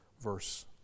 verse